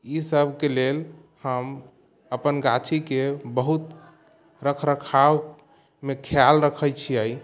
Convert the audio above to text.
ईसबके लेल हम अपन गाछीके बहुत रखरखावमे खिआल रखै छिए